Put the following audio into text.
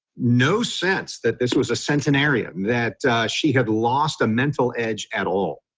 no sense that this was a sense an area that she had lost a mental edge at all.